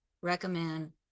recommend